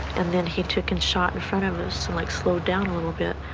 and then he took and shot in front of us, and like slowed down a little bit.